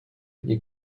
nie